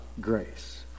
grace